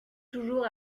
toujours